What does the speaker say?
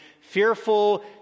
fearful